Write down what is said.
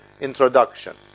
introduction